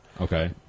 Okay